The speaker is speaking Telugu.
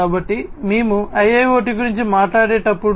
కాబట్టి మేము IIoT గురించి మాట్లాడేటప్పుడు